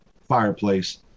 fireplace